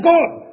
God